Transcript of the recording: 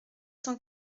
cent